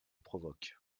provoque